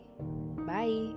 Bye